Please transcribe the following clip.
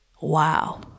Wow